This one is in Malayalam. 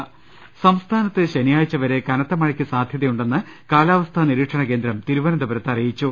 രദ്ദേഷ്ടങ സംസ്ഥാനത്ത് ശനിയാഴ്ചവരെ കനത്ത മഴക്ക് സാധ്യതയുണ്ടെന്ന് കാലാ വസ്ഥാ നിരീക്ഷണ കേന്ദ്രം തിരുവനന്തപുരത്ത് അറിയിച്ചു